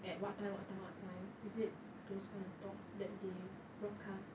at what time what time what time is it those kind of talks that they broadcasts